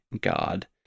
God